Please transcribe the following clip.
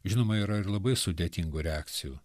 žinoma yra ir labai sudėtingų reakcijų